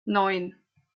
neun